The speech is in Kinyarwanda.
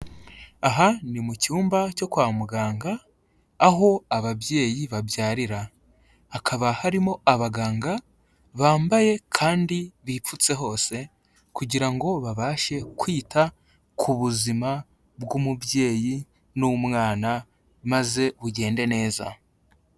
Aha ni mu cyumba cyo kwa muganga, aho ababyeyi babyarira. Hakaba harimo abaganga bambaye kandi bipfutse hose kugira ngo babashe kwita ku buzima bw'umubyeyi n'umwana maze bugende neza.